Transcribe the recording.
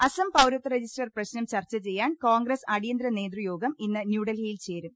അസം പൌരത്വ രജിസ്റ്റർ പ്രശ്നം ചർച്ച ചെയ്യാൻ കോൺഗ്രസ് അടി യന്തരനേതൃയോഗം ഇന്ന് ന്യൂഡൽഹിയിൽ ചേരും